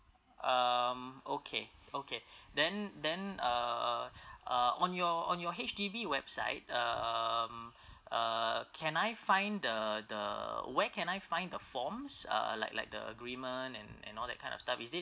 um okay okay then then uh uh on your on your H_D_B website um uh can I find the the where can I find the forms uh like like the agreement and and all that kind of stuff is it